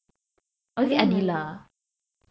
I don't remember